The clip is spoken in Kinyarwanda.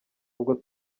ubwo